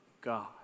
God